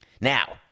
Now